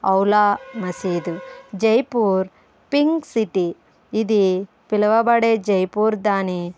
ఔలా మసీదు Jaipur pink city ఇది పిలవబడే జైపూర్ దాని